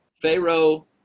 Pharaoh